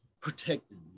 protected